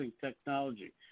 Technology